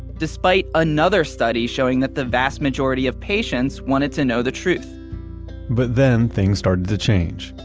despite another study showing that the vast majority of patients wanted to know the truth but then things started to change.